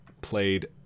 played